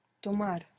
Tomar